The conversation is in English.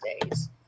days